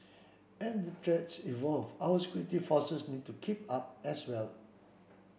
as the threats evolve our security forces need to keep up as well